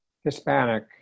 hispanic